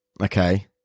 Okay